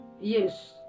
Yes